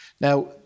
Now